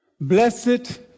Blessed